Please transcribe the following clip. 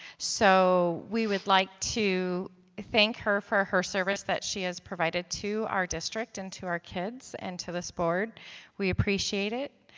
so, we would like to thank her for her service that she has provided to our district and to our kids an and to this board we appreciate it.